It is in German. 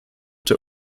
der